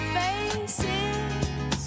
faces